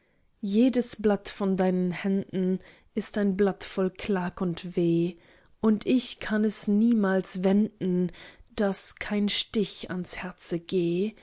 jedes blatt von deinen händen ist ein blatt voll klag und weh und ich kann es niemals wenden daß kein stich ans herze geh